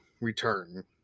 return